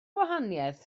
gwahaniaeth